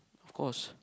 of course